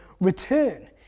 return